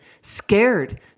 scared